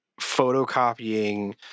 photocopying